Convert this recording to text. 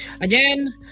again